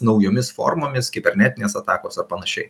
naujomis formomis kibernetinės atakos ar panašiai